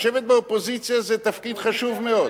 לשבת באופוזיציה זה תפקיד חשוב מאוד,